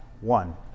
one